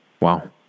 wow